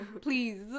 Please